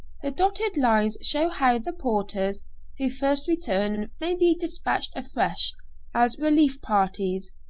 the dotted lines show how the porters who first return may be dispatched afresh as relief parties.